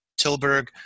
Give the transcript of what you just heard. Tilburg